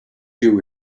you